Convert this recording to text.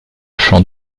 chant